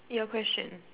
your question